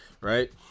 right